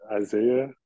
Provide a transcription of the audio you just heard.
Isaiah